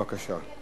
בבקשה.